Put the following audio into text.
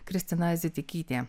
kristina zitikytė